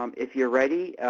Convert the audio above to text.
um if you are ready.